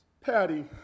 Patty